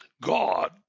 God